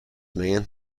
man